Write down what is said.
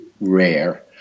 rare